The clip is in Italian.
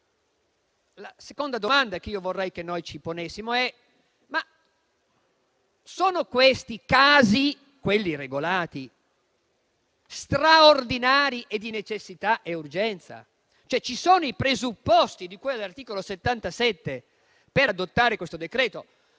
La seconda domanda che vorrei che ci ponessimo è: i casi che vengono regolati sono straordinari e di necessità e urgenza? Ci sono i presupposti di cui all'articolo 77 per adottare questo decreto?